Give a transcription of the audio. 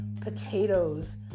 potatoes